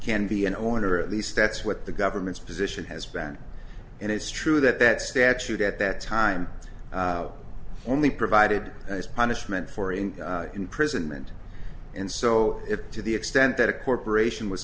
can be an owner at least that's what the government's position has been and it's true that that statute at that time only provided as punishment for in imprisonment and so if to the extent that a corporation was